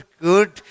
good